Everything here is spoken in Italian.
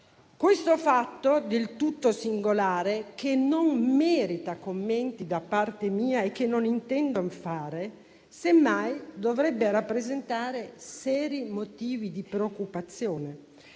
Questo fatto, del tutto singolare, che da parte mia non merita commenti che non intendo fare, semmai dovrebbe rappresentare seri motivi di preoccupazione,